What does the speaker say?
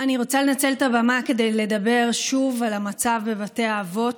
אני רוצה לנצל את הבמה כדי לדבר שוב על המצב בבתי האבות,